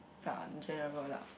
ya in general lah